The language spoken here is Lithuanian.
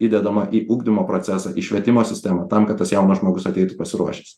įdedama į ugdymo procesą į švietimo sistemą tam kad tas jaunas žmogus ateitų pasiruošęs